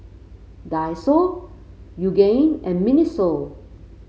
Daiso Yoogane and Miniso